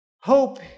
Hope